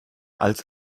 als